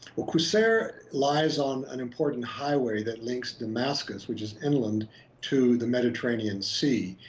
qusair lies on an important highway that links damascus which is inland to the mediterranean sea.